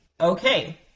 okay